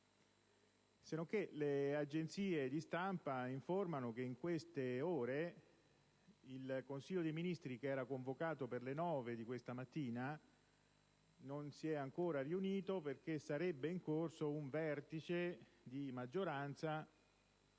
Le agenzie di stampa informano però che in queste ore il Consiglio dei ministri, che era convocato per le ore 9 di questa mattina, non si è ancora riunito perché sarebbe in corso un vertice di maggioranza,